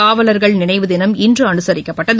காவலர்கள் நினைவு தினம் இன்று அனுசரிக்கப்பட்டது